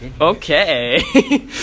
Okay